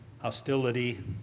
hostility